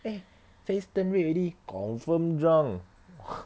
eh face turn red already confirm drunk